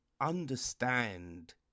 understand